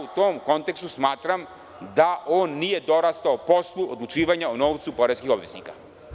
U tom kontekstu smatram da on nije dorastao poslu odlučivanja o novcu poreskih obveznika.